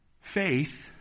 Faith